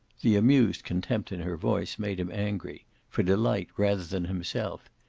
the amused contempt in her voice made him angry for delight rather than himself.